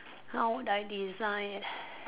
how do I design